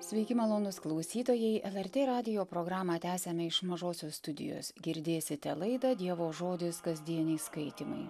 sveiki malonūs klausytojai el er tė radijo programą tęsiame iš mažosios studijos girdėsite laidą dievo žodis kasdieniai skaitymai